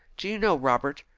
do you know, robert,